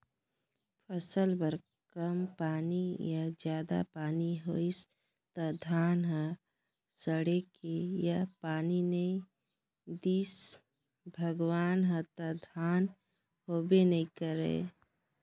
फसल बर कम पानी या जादा पानी होइस त धान ह सड़गे या पानी नइ दिस भगवान ह त धान होबे नइ करय